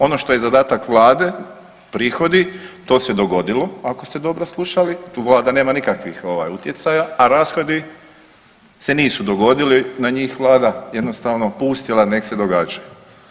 Ono što je zadatak vlade prihod, to se dogodilo ako ste dobro slušali, tu vlada nema nikakvih ovaj utjecaja, a rashodi se nisu dogodili na njih vlada jednostavno pustila nek se događaju.